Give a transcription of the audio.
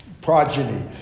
progeny